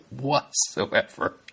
whatsoever